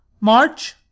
March